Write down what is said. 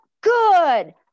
good